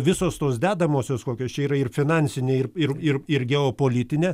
visos tos dedamosios kokios čia yra ir finansiniai ir ir ir ir geopolitinė